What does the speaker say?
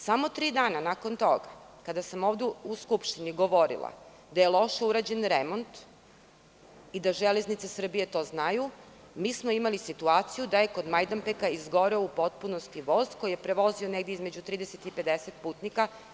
Samo tri dana nakon toga, kada sam ovde u Skupštini govorila da je loš urađen remont i da „Železnice Srbije“ to znaju, mi smo imali situaciju da je kog Majdanpeka izgoreo u potpunosti voz koji je prevozi negde između 30 i 50 putnika.